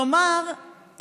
כלומר,